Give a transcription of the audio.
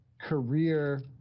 career